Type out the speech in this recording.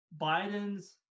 biden's